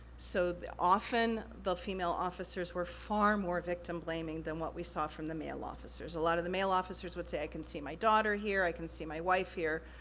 so, often, the female officers were far more victim blaming than what we saw from the male officers. a lot of the male officers would say, i can see my daughter here, i can see my wife here,